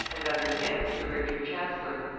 and under him to richard chancellor,